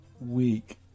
week